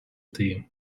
team